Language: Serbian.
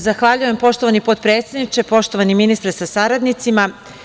Zahvaljujem poštovani potpredsedniče, poštovani ministre sa saradnicima.